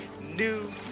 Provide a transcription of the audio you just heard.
new